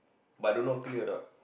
but don't know clear or not